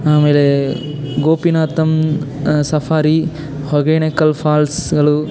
ಆಮೇಲೆ ಗೋಪಿನಾಥಮ್ ಸಫಾರಿ ಹೊಗೇನಕಲ್ ಫಾಲ್ಸ್ಗಳು